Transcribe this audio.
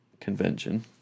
convention